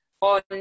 on